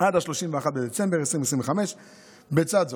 עד 31 בדצמבר 2025. בצד זאת,